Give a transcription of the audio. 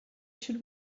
should